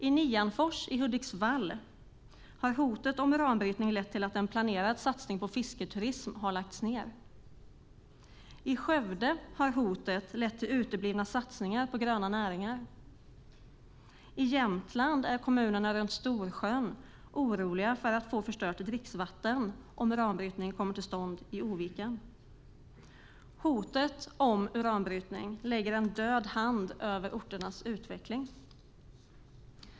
I Nianfors i Hudiksvall har hotet om uranbrytning lett till att en planerad satsning på fisketurism har lagts ned. I Skövde har hotet lett till uteblivna satsningar på gröna näringar. I Jämtland är kommunerna runt Storsjön oroliga för att få dricksvattnet förstört om uranbrytning kommer till stånd i Oviken. Hotet om uranbrytning lägger en död hand över orternas utveckling.